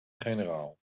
generaal